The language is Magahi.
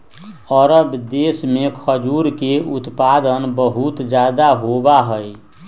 अरब देश में खजूर के उत्पादन बहुत ज्यादा होबा हई